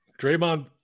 Draymond